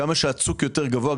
כמה שהצוק יותר גבוה,